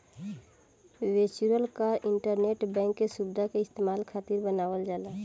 virtual card internet bank के सुविधा के इस्तेमाल खातिर बनावल जाला